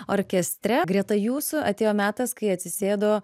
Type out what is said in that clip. orkestre greta jūsų atėjo metas kai atsisėdo